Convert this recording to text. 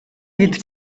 гэдэг